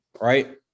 Right